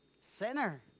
sinner